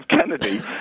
Kennedy